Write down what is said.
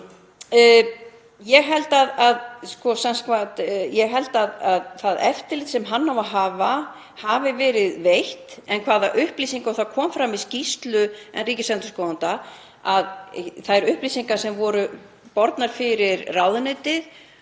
Ég held að það eftirlit sem hann á að hafa hafi verið veitt en með upplýsingar þá kom það fram í skýrslu ríkisendurskoðanda að þær upplýsingar sem voru bornar fyrir ráðuneytið